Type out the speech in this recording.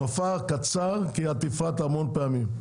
נופר, קצר כי את הפרעת המון פעמים.